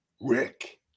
Rick